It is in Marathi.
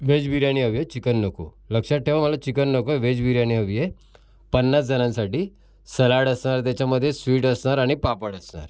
वेज बिर्याणी हवी आहे चिकन नको लक्षात ठेवा मला चिकन नको आहे व्हेज बिर्यानी हवी आहे पन्नास जणांसाठी सलाड असणार त्याच्यामध्ये स्वीट असणार आणि पापड असणार